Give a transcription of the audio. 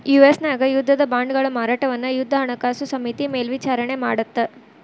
US ನ್ಯಾಗ ಯುದ್ಧದ ಬಾಂಡ್ಗಳ ಮಾರಾಟವನ್ನ ಯುದ್ಧ ಹಣಕಾಸು ಸಮಿತಿ ಮೇಲ್ವಿಚಾರಣಿ ಮಾಡತ್ತ